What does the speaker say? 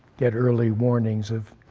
get early warnings of